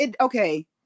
okay